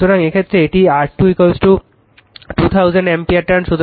সুতরাং এই ক্ষেত্রে এটি R2 2000 অ্যাম্পিয়ার টার্ণ